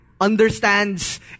understands